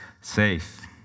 safe